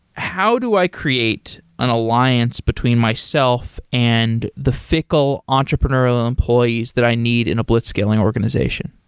how do i create an alliance between myself and the fickle entrepreneurial employees that i need in a blitzscaling organization?